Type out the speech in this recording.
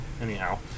Anyhow